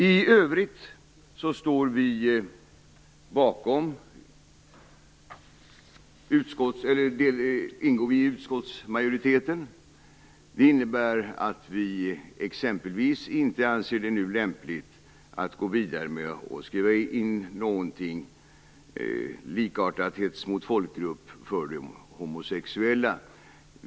I övrigt ingår vi i utskottsmajoriteten. Det innebär att vi exempelvis inte nu anser det lämpligt att gå vidare med att skriva in de homosexuella när det gäller hets mot folkgrupp.